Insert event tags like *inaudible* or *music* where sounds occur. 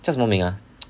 叫什么名啊 *noise*